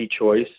choice